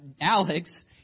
Alex